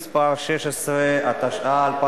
27 נתקבלו.